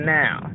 now